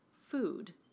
Food